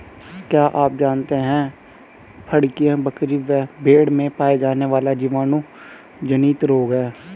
क्या आप जानते है फड़कियां, बकरी व भेड़ में पाया जाने वाला जीवाणु जनित रोग है?